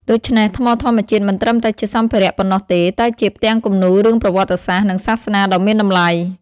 ដូច្នេះ ថ្មធម្មជាតិមិនត្រឹមតែជាសម្ភារៈប៉ុណ្ណោះទេ តែជា ផ្ទាំងគំនូររឿងប្រវត្តិសាស្ត្រ និងសាសនា ដ៏មានតម្លៃ។